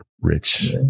rich